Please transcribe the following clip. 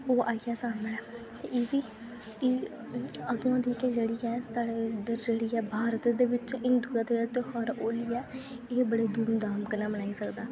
ओह् आई जा सामनै एह्दी एह् अग्गुआं गितै जेह्ड़ी ऐ साढ़े इधर जेह्ड़ी ऐ भारत दे बिच हिंदुएं दा त्योहार होली ऐ एह् बड़े धूमधाम कन्नै मनाई सकदा की